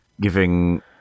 giving